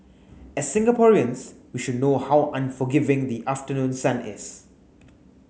as Singaporeans we should know how unforgiving the afternoon sun is